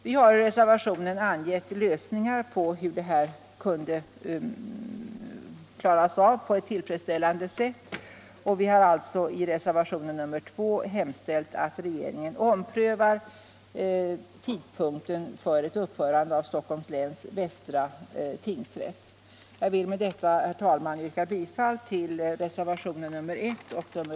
Vi har i reservationen angivit hur dessa problem kan lösas på ett till fredsställande sätt. Vi har alltså i reservationen 2 hemställt att regeringen skall ompröva tidpunkten för ett upphörande av Stockholms läns västra tingsrätt. Jag vill med detta, herr talman, yrka bifall till reservationerna 1 och 5